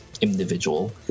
individual